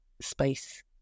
space